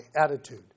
attitude